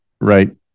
right